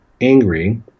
angry